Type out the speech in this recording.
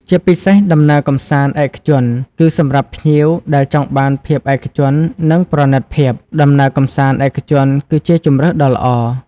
ជាពិសេស ដំណើរកម្សាន្តឯកជន គឺសម្រាប់ភ្ញៀវដែលចង់បានភាពឯកជន និងប្រណិតភាព ដំណើរកម្សាន្តឯកជនគឺជាជម្រើសដ៏ល្អ។